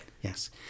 Yes